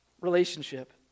relationship